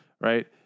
right